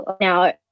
now